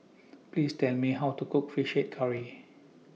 Please Tell Me How to Cook Fish Head Curry